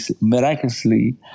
miraculously